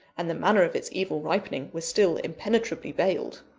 and the manner of its evil ripening, were still impenetrably veiled.